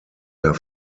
der